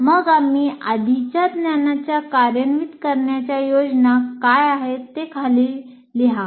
मग आम्ही आधीच्या ज्ञानाच्या कार्यान्वित करण्याच्या योजना काय आहेत हे खाली लिहा